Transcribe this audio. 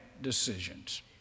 decisions